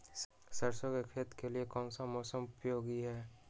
सरसो की खेती के लिए कौन सा मौसम उपयोगी है?